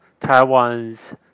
Taiwan's